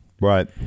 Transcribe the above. Right